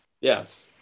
Yes